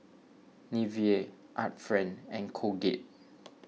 Nivea Art Friend and Colgate